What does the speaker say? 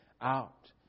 out